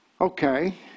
Okay